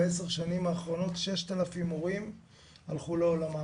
ב-10 השנים האחרונות 6,000 הורים הלכו לעולמם.